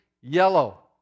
yellow